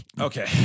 Okay